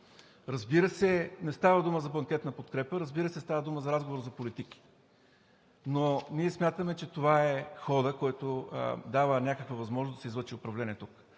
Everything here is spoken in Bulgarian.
Разбира се, не става дума за бланкетна подкрепа, разбира се, става дума за разговор за политики. Но ние смятаме, че това е ходът, който дава някаква възможност да се излъчи управление тук.